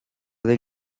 del